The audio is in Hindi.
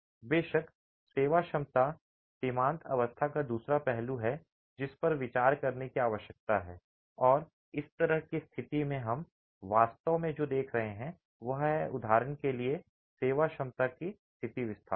बेशक सेवाक्षमता सीमांत अवस्था का दूसरा पहलू है जिस पर विचार करने की आवश्यकता है और इस तरह की स्थिति में हम वास्तव में जो देख रहे हैं वह है उदाहरण के लिए सेवाक्षमता की स्थिति विस्थापन है